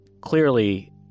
clearly